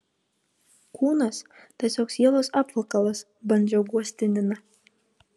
kūnas tiesiog sielos apvalkalas bandžiau guosti niną